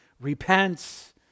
repents